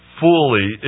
fully